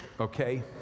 Okay